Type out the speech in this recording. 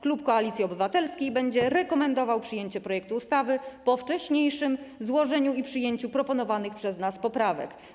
Klub Koalicji Obywatelskiej będzie rekomendował przyjęcie projektu ustawy po wcześniejszym złożeniu i przyjęciu proponowanych przez nas poprawek.